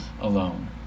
alone